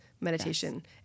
meditation